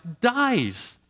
dies